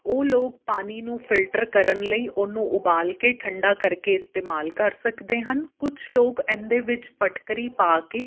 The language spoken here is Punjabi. ਉਹ ਲੋਕ ਪਾਣੀ ਨੂੰ ਫਿਲਟਰ ਕਰਨ ਲਈ ਉਹਨੂੰ ਉਬਾਲ ਕੇ ਠੰਡਾ ਕਰਕੇ ਇਸਤੇਮਾਲ ਕਰ ਸਕਦੇ ਹਨ ਕੁਛ ਲੋਕ ਇਹਨਾਂ ਦੇ ਵਿੱਚ ਫਟਕਰੀ ਪਾ ਕੇ